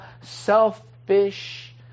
selfish